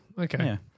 Okay